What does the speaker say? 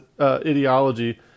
ideology